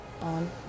on